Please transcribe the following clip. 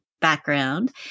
background